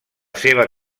seva